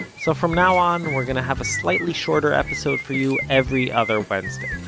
so from now on, we're gonna have a slightly shorter episode for you, every other wednesday.